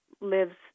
lives